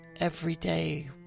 everyday